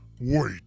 Wait